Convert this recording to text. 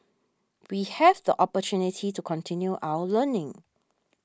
we have the opportunity to continue our learning